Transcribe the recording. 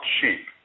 sheep